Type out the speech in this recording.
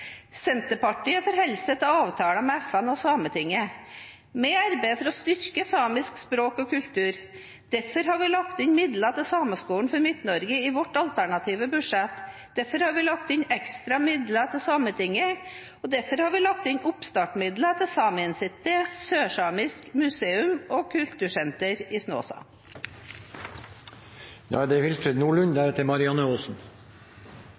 Senterpartiet forholder seg til avtaler med FN og Sametinget. Vi arbeider for å styrke samisk språk og kultur. Derfor har vi lagt inn midler til Sameskolen for Midt-Norge i vårt alternative budsjett. Derfor har vi lagt inn ekstra midler til Sametinget. Og derfor har vi lagt inn oppstartsmidler til Samien Sitje, sørsamisk museum og kultursenter i Snåsa. I dag er det